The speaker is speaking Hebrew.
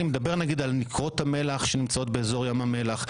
אני מדבר על נקרות המלח שנמצאות באזור ים המלח.